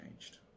changed